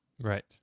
right